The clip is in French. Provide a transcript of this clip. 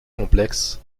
complexe